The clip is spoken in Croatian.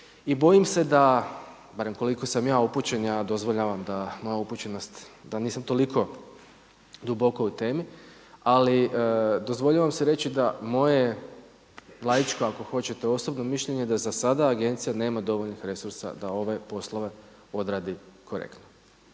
I bojim se da, barem koliko sam ja upućen, ja dozvoljavam da moja upućenost, da nisam toliko duboko u temi ali dozvoljavam si reći da moje laičko ako hoćete osobno mišljenje da za sada agencija nema dovoljnih resursa da ove poslove odradi korektno.